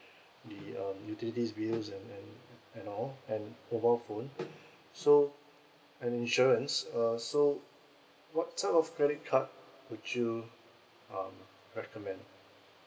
the um utilities bills and and and all and mobile phone so an insurance err so what type of credit card would you um recommend